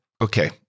Okay